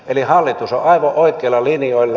eli hallitus on aivan oikeilla linjoilla